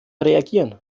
reagieren